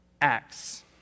acts